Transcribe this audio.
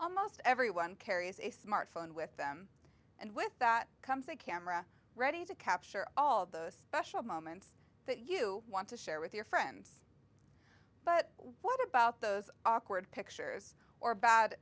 almost everyone carries a smartphone with them and with that comes a camera ready to capture all the special moments that you want to share with your friends but what about those awkward pictures or bad